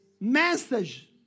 message